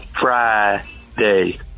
Friday